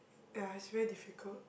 ya is very difficult